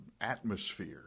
atmosphere